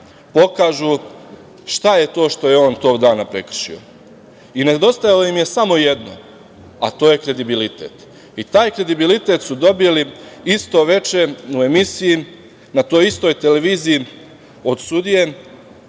pokažu šta je to što je on tog dana prekršio. Nedostajalo im je samo jedno – kredibilitet. Taj kredibilitet su dobili isto veče u emisiji, na toj istoj televiziji, od sudije